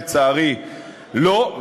לצערי לא,